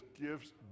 gives